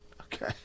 Okay